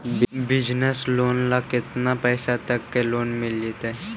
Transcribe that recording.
Business loan ल केतना पैसा तक के लोन मिल जितै?